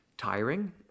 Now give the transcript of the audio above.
tiring